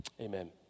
Amen